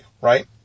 right